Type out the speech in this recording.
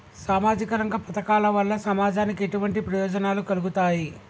సామాజిక రంగ పథకాల వల్ల సమాజానికి ఎటువంటి ప్రయోజనాలు కలుగుతాయి?